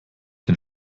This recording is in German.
den